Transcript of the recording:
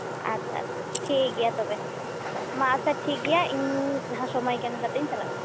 ᱟᱪᱪᱷᱟ ᱪᱷᱟ ᱴᱷᱤᱠ ᱜᱮᱭᱟ ᱛᱚᱵᱮ ᱢᱟ ᱟᱪᱪᱷᱟ ᱴᱷᱤᱠ ᱜᱮᱭᱟ ᱤᱧ ᱡᱟᱦᱟᱸ ᱥᱚᱢᱳᱭ ᱧᱟᱢ ᱠᱟᱛᱮᱧ ᱪᱟᱞᱟᱜ ᱠᱟᱱᱟ